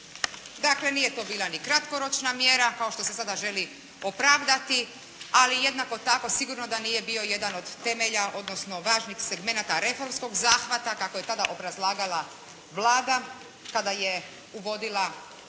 Dakle, nije to bila ni kratkoročna mjera kao što se sada želi opravdati, ali jednako tako sigurno da nije bio jedan od temelja odnosno važnih segmenata reformskog zahvata kako je tada obrazlagala Vlada kada je uvodila